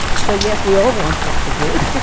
so, yes, we all want tech for good,